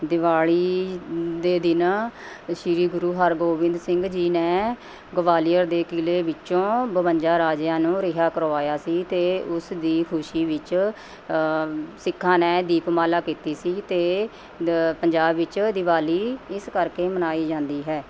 ਦੀਵਾਲੀ ਦੇ ਦਿਨ ਸ਼੍ਰੀ ਗੁਰੂ ਹਰਿਗੋਬਿੰਦ ਸਿੰਘ ਜੀ ਨੇ ਗਵਾਲੀਅਰ ਦੇ ਕਿਲ੍ਹੇ ਵਿੱਚੋਂ ਬਵੰਜਾ ਰਾਜਿਆਂ ਨੂੰ ਰਿਹਾਅ ਕਰਵਾਇਆ ਸੀ ਅਤੇ ਉਸ ਦੀ ਖੁਸ਼ੀ ਵਿੱਚ ਸਿੱਖਾਂ ਨੇ ਦੀਪਮਾਲਾ ਕੀਤੀ ਸੀ ਅਤੇ ਪੰਜਾਬ ਵਿੱਚ ਦੀਵਾਲੀ ਇਸ ਕਰਕੇ ਮਨਾਈ ਜਾਂਦੀ ਹੈ